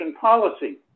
policy